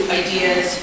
ideas